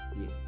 Yes